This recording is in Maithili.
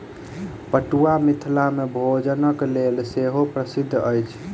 पटुआ मिथिला मे भोजनक लेल सेहो प्रसिद्ध अछि